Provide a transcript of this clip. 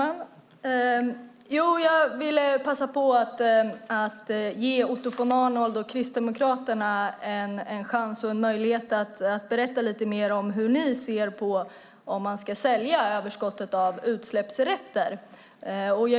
Herr talman! Jag vill passa på att ge Otto von Arnold och Kristdemokraterna en chans, en möjlighet, att lite mer berätta om hur ni ser på detta med om man ska sälja överskottet av utsläppsrätter.